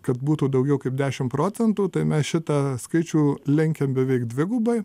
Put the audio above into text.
kad būtų daugiau kaip dešimt procentų tai mes šitą skaičių lenkiam beveik dvigubai